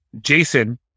Jason